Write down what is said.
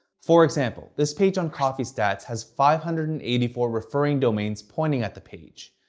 for example, this page on coffee stats has five hundred and eighty four referring domains pointing at the page.